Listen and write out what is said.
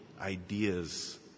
ideas